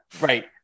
Right